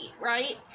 right